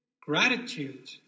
gratitude